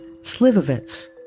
Slivovitz